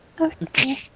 Okay